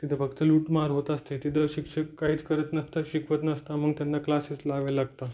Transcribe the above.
तिथे फक्त लूटमार होत असते तिथं शिक्षक काहीच करत नसतात शिकवत नसता मग त्यांना क्लासेस लावावे लागता